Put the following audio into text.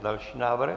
Další návrh.